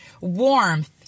Warmth